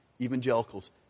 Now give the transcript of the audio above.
evangelicals